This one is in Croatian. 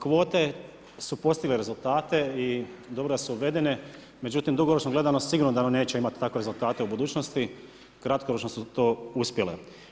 Kvote su postigle rezultate i dobro da su uvedene međutim dugoročno gledano sigurno da nam neće imati takve rezultate u budućnosti, kratkoročno su to uspjele.